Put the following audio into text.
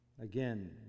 Again